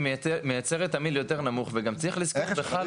היא מייצרת תמהיל יותר נמוך וגם צריך לזכור.